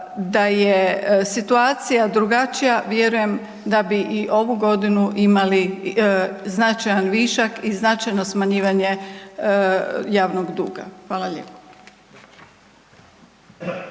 da je situacija drugačija vjerujem da bi i ovu godinu imali značajan višak i značajno smanjivanje javnog duga. Hvala lijepo.